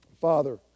Father